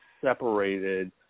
separated